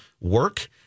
work